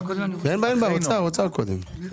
האוצר, בקשה.